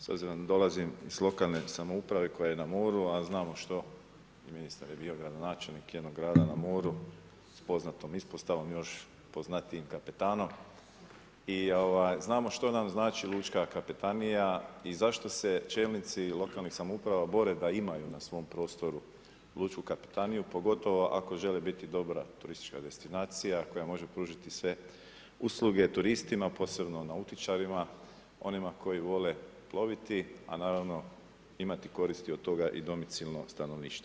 S obzirom da dolazim iz lokalne samouprave koja je na moru, a znamo što, ministar je bio gradonačelnik jednog grada na moru, s poznatom ispostavom, još poznatijim kapetanom i znamo što nam znači lučka kapetanija i zašto se čelnici lokalnih samouprava bore da imaju na svom prostoru lučku kapetaniju pogotovo ako želi biti dobra turistička destinacija, koja može pružiti sve usluge, turistima, posebno nautičarima, onima koji vole ploviti, a naravno, imati koristi od toga i domicilno stanovništvo.